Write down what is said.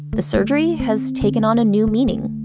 the surgery has taken on a new meaning.